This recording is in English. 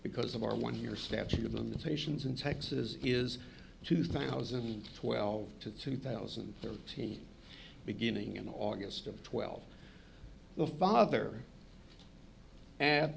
because of our one year statute of limitations in texas is two thousand and twelve to two thousand and thirteen beginning in august of twelve the father a